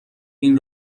این